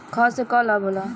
खाद्य से का लाभ होला?